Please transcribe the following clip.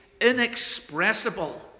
inexpressible